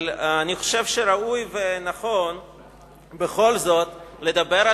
אבל אני חושב שראוי ונכון בכל זאת לדבר על